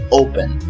open